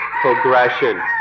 progression